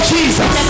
Jesus